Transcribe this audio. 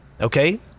okay